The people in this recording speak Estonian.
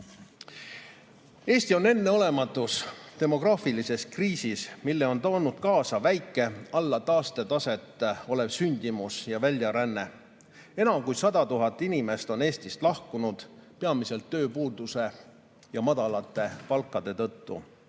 Eesti on enneolematus demograafilises kriisis, mille on toonud kaasa väike, alla taastetaset olev sündimus ja väljaränne. Enam kui 100 000 inimest on Eestist lahkunud, peamiselt tööpuuduse ja madalate palkade tõttu.